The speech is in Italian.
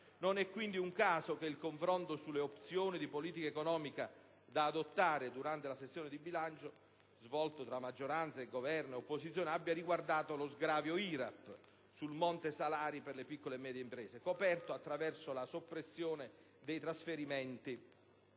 Non è quindi un caso che il confronto sulle opzioni di politica economica da adottare durante la sessione di bilancio svolto tra la maggioranza, il Governo e l'opposizione, abbia riguardato lo sgravio IRAP sul monte salari per le piccole e medie imprese, coperto attraverso la soppressione dei trasferimenti